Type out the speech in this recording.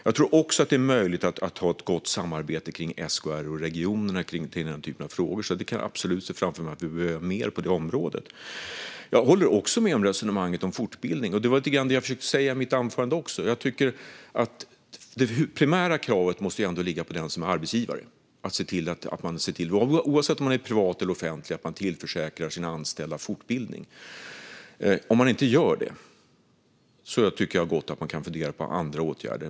Jag tror också att det är möjligt att ha ett gott samarbete med SKR och regionerna kring den typen av frågor. Jag kan absolut se framför mig att vi behöver mer samarbete på det området. Jag håller med om resonemanget om fortbildning, som också jag tog upp i mitt anförande. Det primära kravet måste ändå ligga på arbetsgivarna, oavsett om de är privata eller offentliga, att tillförsäkra att de anställda får fortbildning. Om de inte gör det tycker jag gott att man kan fundera på andra åtgärder.